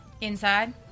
Inside